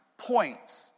points